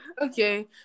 okay